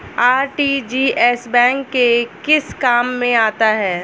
RTGS bank के किस काम में आता है?